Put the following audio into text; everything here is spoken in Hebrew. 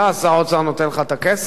שר האוצר נותן לך את הכסף?